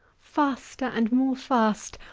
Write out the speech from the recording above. faster and more fast,